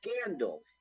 scandal